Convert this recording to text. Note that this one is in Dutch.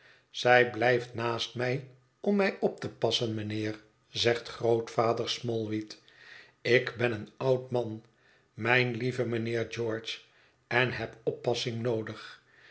zij blijft naast mij om mij op te passen mijnheer zegt grootvader smallweed ik ben een oud man mijn lieve mijnheer george en heb oppassing noodig